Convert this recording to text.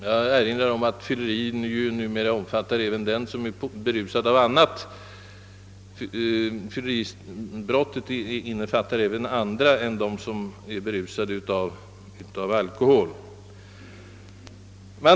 Jag erinrar om att fylleriförseelse numera kan föreligga även vid berusning av annat än alkohol.